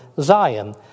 Zion